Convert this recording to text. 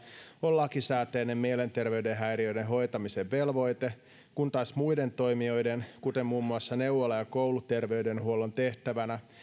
on lakisääteinen mielenterveyden häiriöiden hoitamisen velvoite kun taas muiden toimijoiden kuten muun muassa neuvolan ja kouluterveydenhuollon tehtävänä